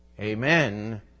Amen